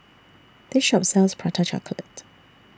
This Shop sells Prata Chocolate